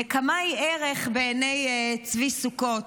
נקמה היא ערך בעיני צבי סוכות.